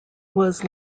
was